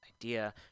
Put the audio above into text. idea